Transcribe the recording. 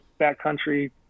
backcountry